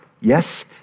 Yes